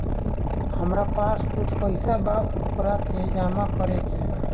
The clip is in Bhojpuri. हमरा पास कुछ पईसा बा वोकरा के जमा करे के बा?